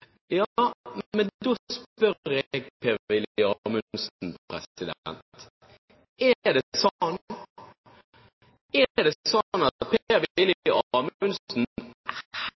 Ja, men da spør jeg Per-Willy Amundsen: Er det sånn at Per-Willy Amundsen helst skulle ha unngått det